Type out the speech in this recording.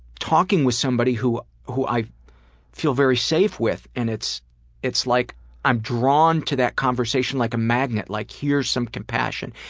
talking with somebody who who i feel very safe with. and it's it's like i'm drawn to that conversation like a magnet. like here's some compassion.